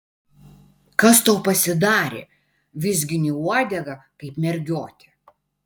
kas tau pasidarė vizgini uodegą kaip mergiotė